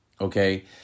okay